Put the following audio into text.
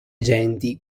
agenti